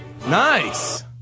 Nice